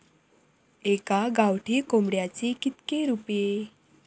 एका गावठी कोंबड्याचे कितके रुपये?